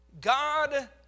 God